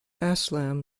aslam